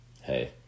Hey